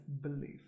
belief